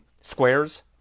squares